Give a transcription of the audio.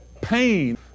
pain